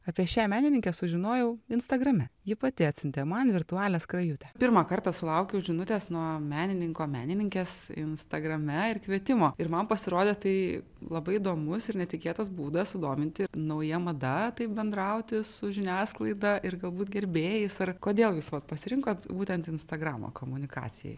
apie šią menininkę sužinojau instagrame ji pati atsiuntė man virtualią skrajutę pirmą kartą sulaukiau žinutės nuo menininko menininkės instagrame ir kvietimo ir man pasirodė tai labai įdomus ir netikėtas būdas sudominti nauja mada taip bendrauti su žiniasklaida ir galbūt gerbėjais ar kodėl jūs vat pasirinkot būtent instagramą komunikacijai